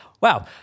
Wow